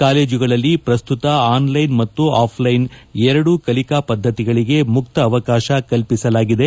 ಕಾಲೇಜುಗಳಲ್ಲಿ ಪ್ರಸ್ತುತ online ಮತ್ತು ಆಫ್ ಲೈನ್ ಎರಡೂ ಕಲಿಕಾ ಪದ್ದತಿಗಳಿಗೆ ಮುಕ್ತ ಅವಕಾಶ ಕಲ್ಪಿಸಲಾಗಿದೆ